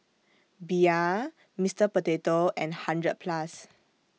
Bia Mister Potato and hundred Plus